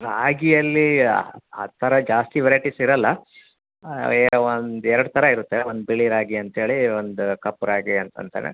ರಾಗಿಯಲ್ಲಿ ಆ ಥರ ಜಾಸ್ತಿ ವೆರೈಟಿಸ್ ಇರೋಲ್ಲ ಏನೋ ಒಂದು ಎರಡು ಥರ ಇರುತ್ತೆ ಒಂದು ಬಿಳಿ ರಾಗಿ ಅಂತೇಳಿ ಒಂದು ಕಪ್ಪು ರಾಗಿ ಅಂತ ಅಂತಾರೆ